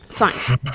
fine